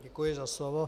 Děkuji za slovo.